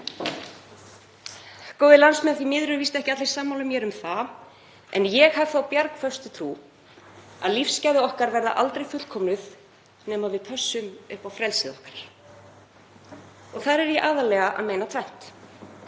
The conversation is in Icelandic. Góðir landsmenn. Því miður eru víst ekki allir sammála mér um það en ég hef þá bjargföstu trú að lífsgæði okkar verði aldrei fullkomnuð nema við pössum upp á frelsi okkar. Þar er ég aðallega að meina tvennt.